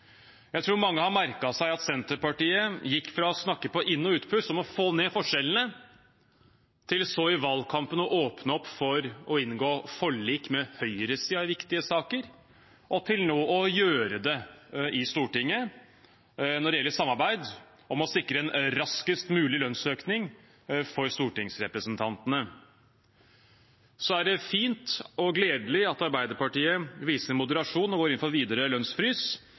Jeg tror mange har merket seg at Senterpartiet gikk fra å snakke på inn- og utpust om å få ned forskjellene, til så i valgkampen å åpne opp for å inngå forlik med høyresiden i viktige saker, og til nå å gjøre det i Stortinget når det gjelder samarbeid om å sikre en raskest mulig lønnsøkning for stortingsrepresentantene. Så er det fint og gledelig at Arbeiderpartiet viser moderasjon og går inn for videre lønnsfrys.